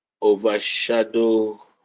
overshadow